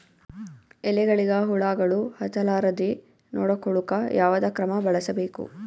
ಎಲೆಗಳಿಗ ಹುಳಾಗಳು ಹತಲಾರದೆ ನೊಡಕೊಳುಕ ಯಾವದ ಕ್ರಮ ಬಳಸಬೇಕು?